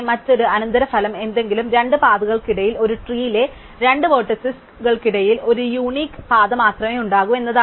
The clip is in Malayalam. മറ്റൊരു അനന്തരഫലം ഏതെങ്കിലും രണ്ട് പാതകൾക്കിടയിൽ ഒരു ട്രീ ലെ രണ്ട് വെർട്ടിസെസ് കൾക്കിടയിൽ ഒരു യുണിക് പാത മാത്രമേ ഉണ്ടാകൂ എന്നതാണ്